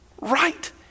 right